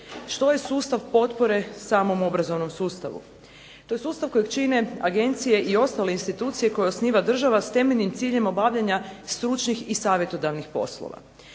Što je sustav potpore samom obrazovnom sustavu? To je sustav kojeg čine agencije i ostale institucije koje osniva država s temeljnim ciljem obavljanja stručnih i savjetodavnih poslova.